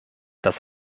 das